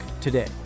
today